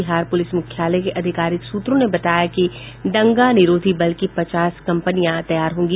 Bihar police मुख्यालय के आधिकारिक सूत्रों ने बताया कि दंगा निरोधी बल की पचास कंपनियां तैयार होगी